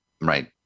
Right